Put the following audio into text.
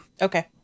Okay